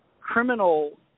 criminal